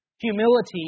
Humility